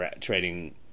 trading